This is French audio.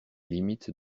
limites